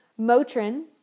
Motrin